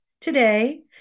Today